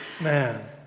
man